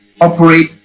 Operate